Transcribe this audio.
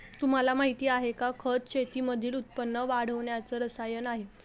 तुम्हाला माहिती आहे का? खत शेतीमधील उत्पन्न वाढवण्याच रसायन आहे